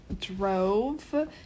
drove